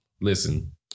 listen